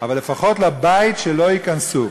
אבל לפחות לבית, שלא ייכנסו.